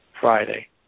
Friday